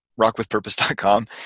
rockwithpurpose.com